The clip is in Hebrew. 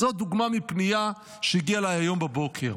זאת דוגמה מפנייה שהגיעה אליי היום בבוקר.